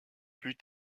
plus